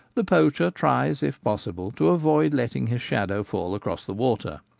the poacher tries if possible to avoid letting his shadow fall across the water.